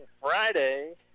Friday